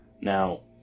Now